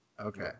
Okay